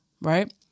right